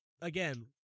Again